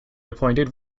appointed